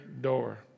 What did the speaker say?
door